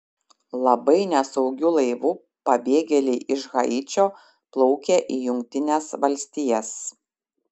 labai nesaugiu laivu pabėgėliai iš haičio plaukia į jungtines valstijas